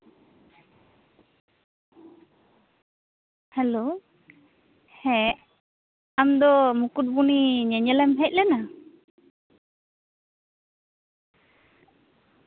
hello ᱦᱮᱸ ᱟᱢ ᱫᱚ ᱢᱩᱠᱩᱴᱢᱩᱱᱤ ᱧᱮᱧᱮᱞᱮᱢ ᱦᱮᱡᱞᱮᱱᱟ